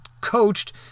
coached